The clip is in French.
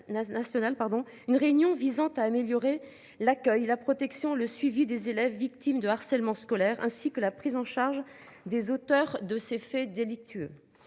Une réunion visant à améliorer l'accueil, la protection, le suivi des élèves victime de harcèlement scolaire ainsi que la prise en charge des auteurs de ces faits délictueux.